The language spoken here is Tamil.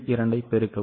2ஐ பெருக்கவும்